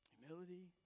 Humility